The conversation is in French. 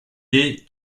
est